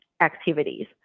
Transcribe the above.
activities